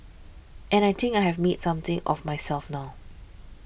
and I think I have made something of myself now